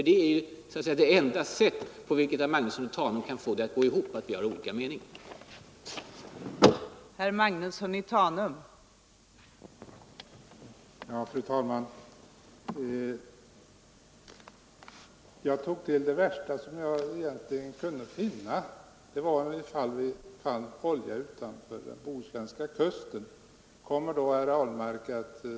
Det är det enda sätt på vilket herr Magnusson kan få påståendet att vi har olika mening att gå ihop?